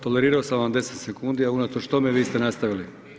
Tolerirao sam vam 10 sekundi a unatoč tome vi ste nastavili.